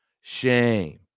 Shame